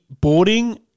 boarding